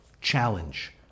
challenge